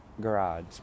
garage